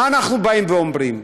מה אנחנו באים ואומרים?